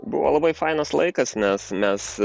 buvo labai fainas laikas nes mes